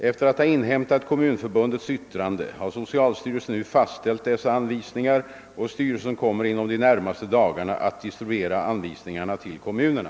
Efter att ha inhämtat kommunförbundets yttrande har socialstyrelsen nu fastställt dessa anvisningar, och styrelsen kommer inom de närmaste dagarna att distribuera anvisningarna till kommunerna.